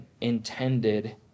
intended